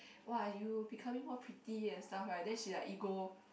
!wah! you becoming more pretty and stuff like then she like ego